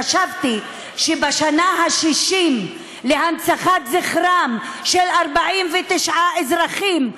חשבתי שבשנה ה-60 להנצחת זכרם של 49 אזרחים,